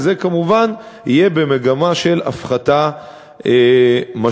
וזה כמובן יהיה במגמה של הפחתה משמעותית.